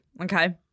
Okay